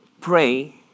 pray